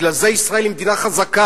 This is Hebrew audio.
בגלל זה ישראל היא מדינה חזקה,